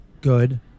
good